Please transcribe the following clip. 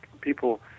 people